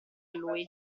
lui